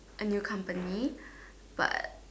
a new company but